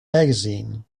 magazine